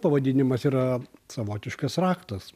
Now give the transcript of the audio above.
pavadinimas yra savotiškas raktas